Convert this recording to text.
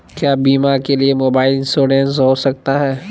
क्या बीमा के लिए मोबाइल इंश्योरेंस हो सकता है?